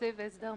לא,